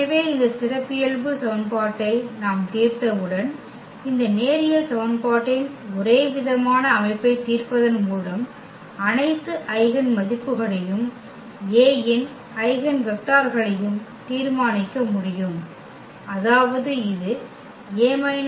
எனவே இந்த சிறப்பியல்பு சமன்பாட்டை நாம் தீர்த்தவுடன் இந்த நேரியல் சமன்பாட்டின் ஒரேவிதமான அமைப்பைத் தீர்ப்பதன் மூலம் அனைத்து ஐகென் மதிப்புகளையும் A இன் ஐகென் வெக்டர்களையும் தீர்மானிக்க முடியும் அதாவது இது A−λIx 0